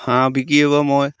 হাঁহ বিকি এইবাৰ মই